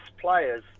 players